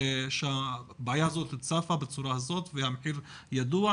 שהבעיה הזו צפה בצורה הזו והמחיר ידוע,